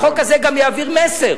החוק הזה גם יעביר מסר